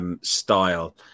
style